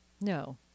No